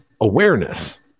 awareness